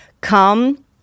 Come